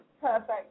Perfect